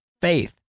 faith